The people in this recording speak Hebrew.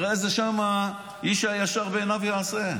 הרי שם איש הישר בעיניו יעשה.